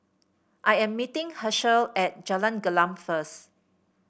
I am meeting Hershel at Jalan Gelam first